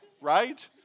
right